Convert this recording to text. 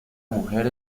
mujer